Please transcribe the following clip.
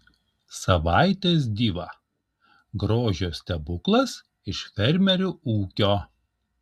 savaitės diva grožio stebuklas iš fermerių ūkio